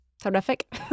terrific